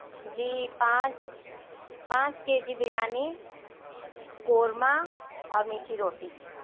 جی پانچ پانچ کے جی بریانی قورمہ اور میٹھی روٹی